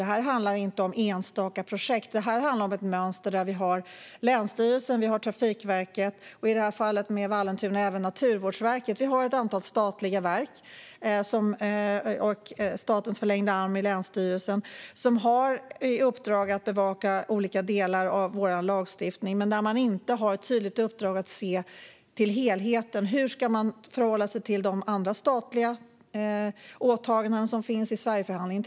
Det handlar inte om enstaka projekt, utan det handlar om ett mönster. Statens förlängda arm länsstyrelsen, Trafikverket och, i fallet med Vallentuna, även Naturvårdsverket, det vill säga ett antal statliga verk, har i uppdrag att bevaka olika delar av lagstiftningen. Men de har inte ett tydligt uppdrag att se till helheten: Hur ska man förhålla sig till andra statliga åtaganden som finns i Sverigeförhandlingen?